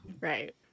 Right